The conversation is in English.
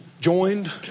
joined